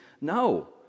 No